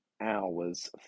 hours